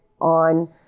on